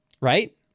right